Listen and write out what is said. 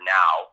now